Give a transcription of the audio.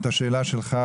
את השאלות שלך,